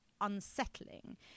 unsettling